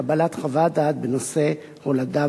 לקבלת חוות דעת בנושא "הולדה